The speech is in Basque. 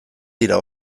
dira